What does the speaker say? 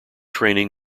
training